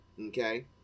okay